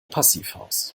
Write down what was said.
passivhaus